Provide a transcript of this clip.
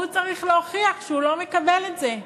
הוא צריך להוכיח שהוא לא מקבל את זה.